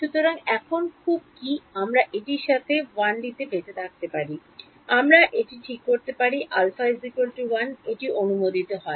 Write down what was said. সুতরাং এখন খুব কী আমরা এটির সাথে 1 ডি তে বেঁচে থাকতে পারি আমরা এটি ঠিক করতে পারি α 1 এটি অনুমোদিত হয়